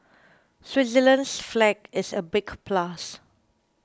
Switzerland's flag is a big plus